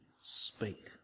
speak